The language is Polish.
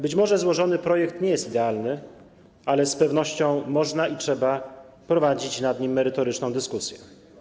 Być może złożony projekt nie jest idealny, ale z pewnością można i trzeba prowadzić nad nim merytoryczną dyskusję.